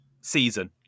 season